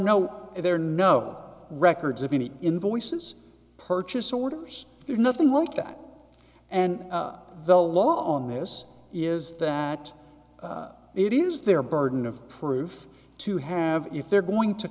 no there are no records of any invoices purchase orders there's nothing like that and the law on this is that it is their burden of proof to have if they're going to